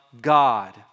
God